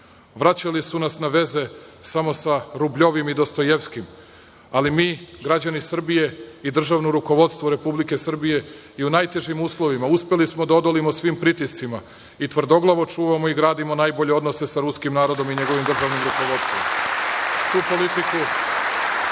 Vraćali su nas na veze samo sa Rubljovim i Dostojevskim, ali mi građani Srbije i državno rukovodstvo Republike Srbije i u najtežim uslovima uspeli smo da odolimo svim pritiscima i tvrdoglavo čuvamo i gradimo najbolje odnose sa ruskim narodom i njegovim državnim rukovodstvom.